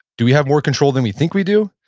do we have more control than we think we do?